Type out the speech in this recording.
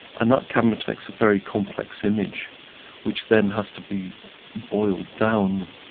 and that camera takes a very complex image which then has to be boiled down.